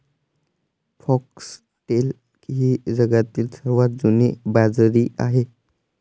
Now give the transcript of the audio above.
foxtail ही जगातील सर्वात जुनी बाजरी आहे